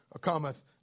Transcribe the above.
cometh